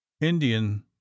indian